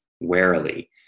warily